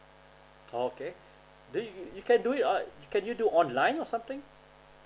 okay then you can do it or can you do online or something